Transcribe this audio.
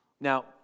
Now